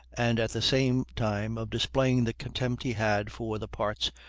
and at the same time of displaying the contempt he had for the parts,